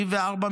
,